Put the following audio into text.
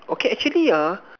okay actually ah